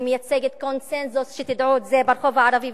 אני מייצגת קונסנזוס ברחוב הערבי,